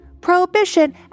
prohibition